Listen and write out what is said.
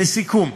לסיכום,